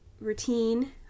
routine